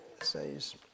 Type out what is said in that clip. says